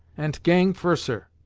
ant gang furser.